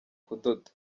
kudoda